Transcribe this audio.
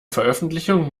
veröffentlichung